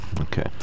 Okay